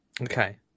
Okay